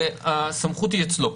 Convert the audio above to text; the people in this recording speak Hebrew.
הסמכות היא אצלו.